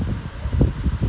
they have lost like two three